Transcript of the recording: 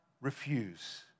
refuse